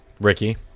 Ricky